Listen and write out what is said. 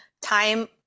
time